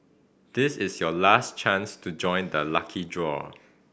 this is your last chance to join the lucky draw